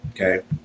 Okay